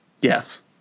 Yes